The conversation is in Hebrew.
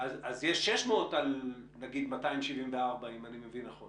אז יש 600 על 274 אם אני מבין נכון.